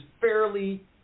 fairly